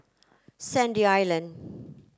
Sandy Island